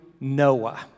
Noah